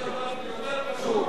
יש דבר יותר פשוט,